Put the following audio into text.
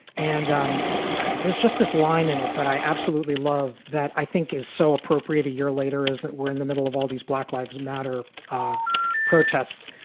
and um there's just this line in it that i absolutely love that i think is so appropriate a year later is that we're in the middle of all these black lives matter protest.